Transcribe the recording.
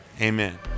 Amen